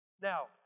Now